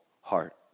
heart